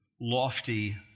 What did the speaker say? lofty